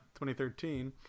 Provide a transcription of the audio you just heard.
2013